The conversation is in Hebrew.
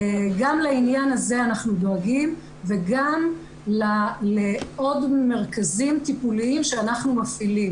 גם לעניין הזה אנחנו דואגים וגם לעוד מרכזים טיפוליים שאנחנו מפעילים.